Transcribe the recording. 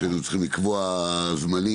כשהיינו צריכים לקבוע זמנים,